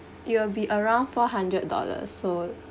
it'll be around four hundred dollars so